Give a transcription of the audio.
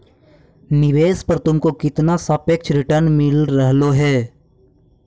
निवेश पर तुमको कितना सापेक्ष रिटर्न मिल रहलो हे